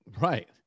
right